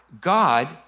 God